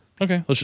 okay